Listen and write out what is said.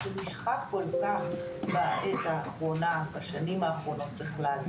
שנשחק כל כך בשנים האחרונות בכלל,